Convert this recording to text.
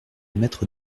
maître